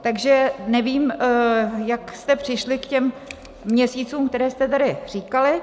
Takže nevím, jak jste přišli k těm měsícům, které jste tady říkali.